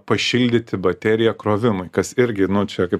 pašildyti bateriją krovimui kas irgi nu čia kaip